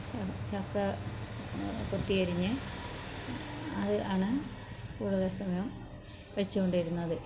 ചക്ക കൊത്തി അരിഞ്ഞ് അത് ആണ് കൂടുതൽ സമയം കഴിച്ചുകൊണ്ടിരുന്നത്